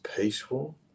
peaceful